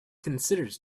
considers